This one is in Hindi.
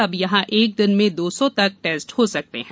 अब यहां एक दिन में दो सौ तक टेस्ट हो सकते हैं